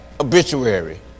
obituary